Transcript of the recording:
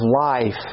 life